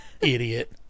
idiot